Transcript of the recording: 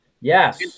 Yes